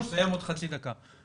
אני מסיים עוד חצי דקה.